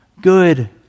good